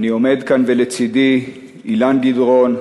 אני עומד כאן ולצדי אילן גדרון,